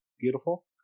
Beautiful